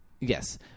yes